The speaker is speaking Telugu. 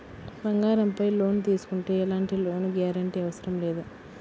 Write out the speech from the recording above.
బంగారంపై లోను తీసుకుంటే ఎలాంటి లోను గ్యారంటీ అవసరం లేదు